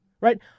Right